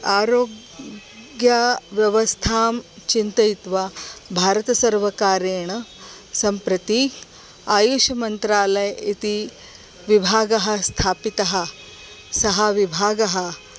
आरोग्यव्यवस्थां चिन्तयित्वा भारतसर्वकारेण सम्प्रति आयुष्यमन्त्रालयः इति विभागः स्थापितः सः विभागः